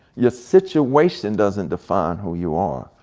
your situation doesn't define who you are.